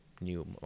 new